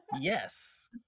Yes